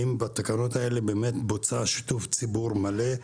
האם בתקנות האלה באמת בוצע שיתוף ציבור מלא,